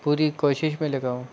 पूरी कोशिश में लगा हूँ